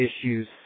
issues